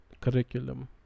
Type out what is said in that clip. curriculum